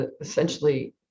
essentially